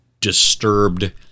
disturbed